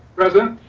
present.